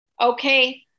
okay